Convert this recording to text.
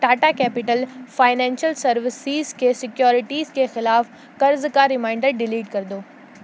ٹا ٹا capital financial services کے securities کے خلاف قرض کا ریمائینڈر ڈیلیٹ کر دو